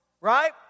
Right